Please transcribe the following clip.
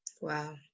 Wow